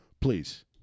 please